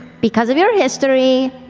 because of your history,